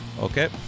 Okay